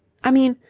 i mean,